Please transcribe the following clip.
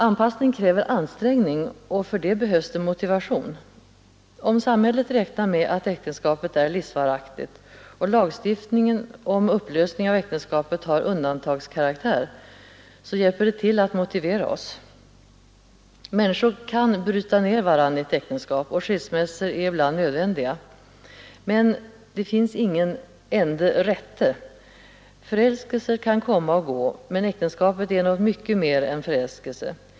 Anpassning kräver ansträngning, och för det behövs det motivation. Om samhället räknar med att äktenskapet är livsvaraktigt, och om lagstiftningen om upplösning av äktenskapet har undantagskaraktär, hjälper det till att motivera oss. Människor kan bryta ner varandra i ett äktenskap, och skilsmässor är ibland nödvändiga. Men det finns ingen ”ende rätte”. Förälskelser kan komma och gå, men äktenskapet är något mycket mera än bara förälskelse.